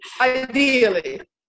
ideally